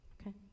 Okay